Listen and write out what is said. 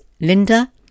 Linda